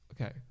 Okay